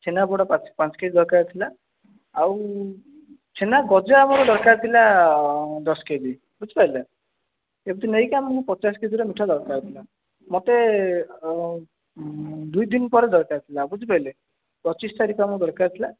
ଛେନାପୋଡ଼ ପାଞ୍ଚ ପାଞ୍ଚ K G ଦରକାର ଥିଲା ଆଉ ଛେନାଗଜା ଆମର ଦରକାର ଥିଲା ଦଶ କେ ଜି ବୁଝିପାରିଲେ ଏମିତି ନେଇକି ଆମକୁ ପଚାଶ କେଜିର ମିଠା ଦରକାର ଥିଲା ମୋତେ ଦୁଇ ଦିନ ପରେ ଦରକାର ଥିଲା ବୁଝିପାରିଲେ ପଚିଶ ତାରିଖ ଆମକୁ ଦରକାର ଥିଲା